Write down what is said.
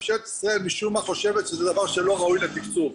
ממשלת ישראל משום מה חושבת שזה דבר שלא ראוי לתקצוב.